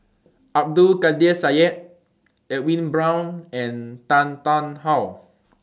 Abdul Kadir Syed Edwin Brown and Tan Tarn How